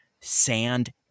sand